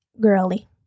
girly